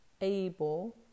able